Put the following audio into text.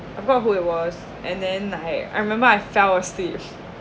about who it was and then !hey! I remember I fell asleep